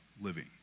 living